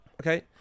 okay